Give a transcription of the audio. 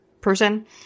person